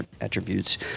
attributes